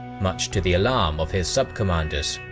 much to the alarm of his sub-commanders.